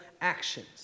actions